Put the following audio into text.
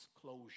closure